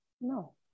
No